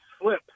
slip